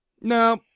No